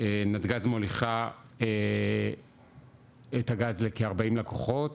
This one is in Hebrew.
נתג"ז מוליכה את הגז לכ- 40 לקוחות,